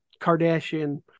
kardashian